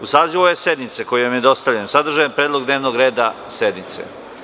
U sazivu ove sednice, koji vam je dostavljen, sadržan je predlog dnevnog reda sednice.